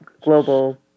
global